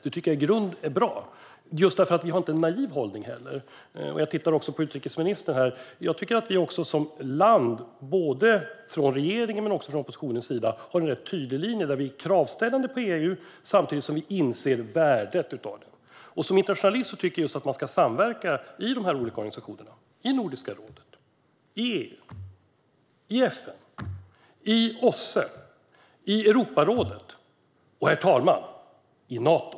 Det tycker jag i grunden är bra, just därför att vi inte har en naiv hållning. Här tittar jag också på utrikesministern. Jag tycker att vi som land, både från regeringens och från oppositionens sida, har en rätt tydlig linje där vi ställer krav på EU samtidigt som vi inser värdet av EU. Som internationalist tycker jag att man ska samverka i dessa organisationer: i Nordiska rådet, i EU, i FN, i OSSE, i Europarådet - och, herr talman, i Nato!